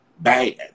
bad